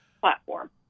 platform